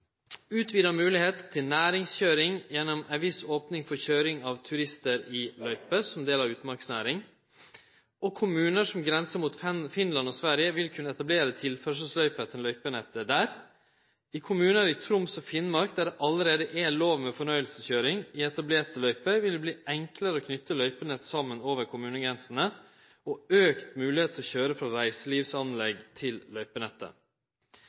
utvida moglegheit til næringskøyring gjennom ei viss opning for køyring av turistar i løype, som del av utmarksnæring. Kommunar som grensar mot Finland og Sverige, vil kunne etablere tilførselsløyper til løypenettet der. I kommunar i Troms og Finnmark der det allereie er lov med fornøyelseskøyring i etablerte løyper, vil det verte enklare å knyte løypenett saman over kommunegrensene og økt moglegheit til å køyre frå reiselivsanlegg til løypenettet.